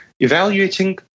evaluating